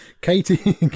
Katie